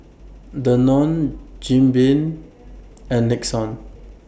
Danone Jim Beam and Nixon